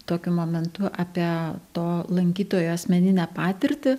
tokiu momentu apie to lankytojo asmeninę patirtį